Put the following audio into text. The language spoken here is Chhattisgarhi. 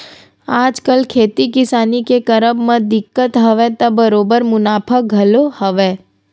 आजकल खेती किसानी के करब म दिक्कत हवय त बरोबर मुनाफा घलो हवय